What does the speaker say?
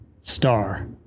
star